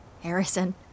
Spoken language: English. Harrison